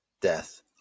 death